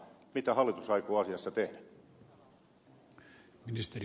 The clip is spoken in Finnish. mitä hallitus aikoo asiassa tehdä